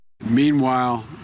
Meanwhile